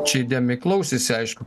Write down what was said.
čia įdėmiai klausėsi aišku